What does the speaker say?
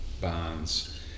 bonds